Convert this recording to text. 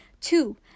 Two